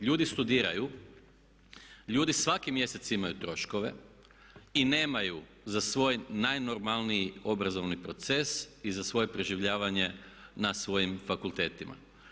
Ljudi studiraju, ljudi svaki mjesec imaju troškove i nemaju za svoj najnormalniji obrazovni proces i za svoje preživljavanje na svojim fakultetima.